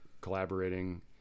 collaborating